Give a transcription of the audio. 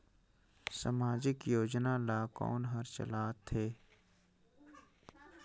समाजिक योजना ला कोन हर चलाथ हे?